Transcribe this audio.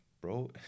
bro